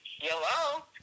Hello